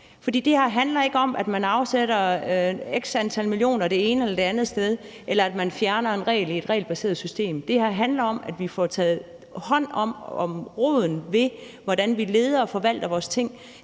det her handler ikke om, at man afsætter x antal millioner kroner det ene eller det andet sted, eller at man fjerner en regel i et regelbaseret system. Det her handler om, at vi får taget fat om roden, i forhold til hvordan vi leder og forvalter tingene;